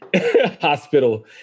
hospital